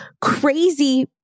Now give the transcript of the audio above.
crazy